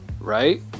right